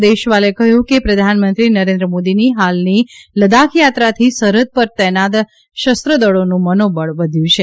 દેશવાલે કહ્યું છે કે પ્રધાનમંત્રી નરેન્દ્ર મોદીની હાલની લદાખ યાત્રાથી સરહદ પર તૈનાત શસ્ત્રદળોનું મનોબળ વધ્યું છે